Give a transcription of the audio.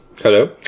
Hello